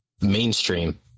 mainstream